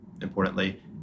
importantly